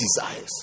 desires